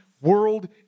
world